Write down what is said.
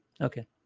Okay